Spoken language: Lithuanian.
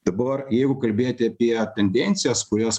dabar jeigu kalbėti apie tendencijas kurias